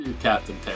captain